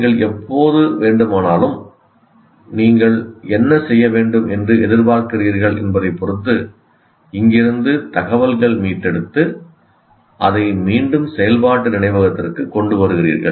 நீங்கள் எப்போது வேண்டுமானாலும் நீங்கள் என்ன செய்ய வேண்டும் என்று எதிர்பார்க்கப்படுகிறீர்கள் என்பதைப் பொறுத்து இங்கிருந்து தகவல்களை மீட்டெடுத்து அதை மீண்டும் செயல்பாட்டு நினைவகத்திற்கு கொண்டு வருகிறீர்கள்